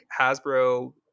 Hasbro